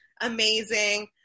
amazing